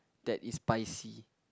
that is spicy